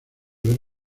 ver